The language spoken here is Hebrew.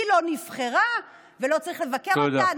היא לא נבחרה ולא צריך לבקר אותה.